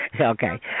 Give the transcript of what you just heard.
Okay